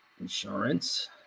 insurance